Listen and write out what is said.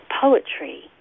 poetry